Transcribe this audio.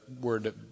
word